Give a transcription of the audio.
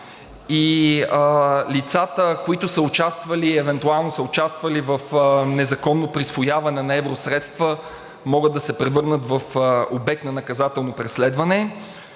и лицата, които евентуално са участвали в незаконно присвояване на евросредства, могат да се превърнат в обект на наказателно преследване.